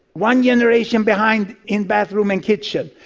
one generation behind in bathroom and kitchen,